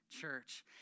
church